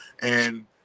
And-